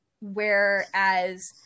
Whereas